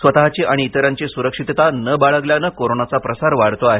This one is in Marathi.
स्वतःची आणि इतरांची सुरक्षितता न बाळगल्याने कोरोनाचा प्रसार वाढतो आहे